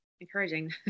encouraging